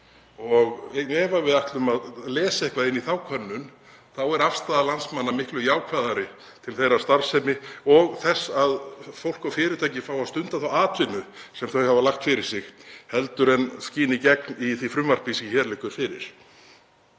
Ef við ætlum að lesa eitthvað inn í þá könnun er afstaða landsmanna miklu jákvæðari til þeirrar starfsemi og þess að fólk og fyrirtæki fái að stunda þá atvinnu sem þau hafa lagt fyrir sig heldur en skín í gegn í því frumvarpi sem hér liggur fyrir.